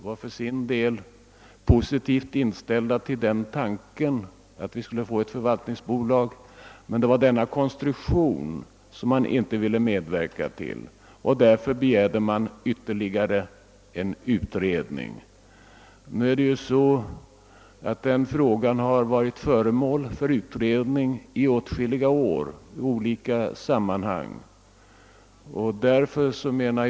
Partiet skulle vara positivt inställt till tanken på ett förvaltningsbolag, men man ville inte medverka till den föreslagna konstruktionen och har därför begärt ytterligare utredning. Nu har emellertid ärendet varit föremål för utredning i åtskilliga år och i en mängd olika sammanhang.